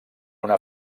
una